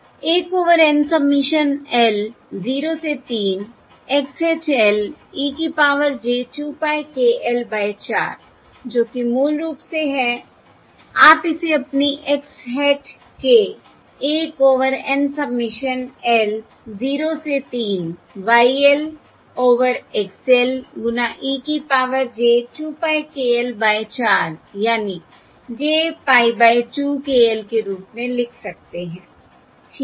1 over N submission l 0 के 3 X hat l e की power j 2 pie k l by 4 जो कि मूल रूप से है आप इसे अपनी X hat k 1 over N submission l 0 के 3 Y l over X l गुना e की power j 2 pie k l by 4 यानि j pie by 2 k l के रूप में लिख सकते हैं ठीक है